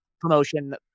promotion